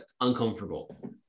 uncomfortable